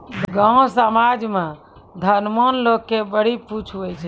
गाँव समाज मे धनवान लोग के बड़ी पुछ हुवै छै